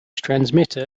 transmitter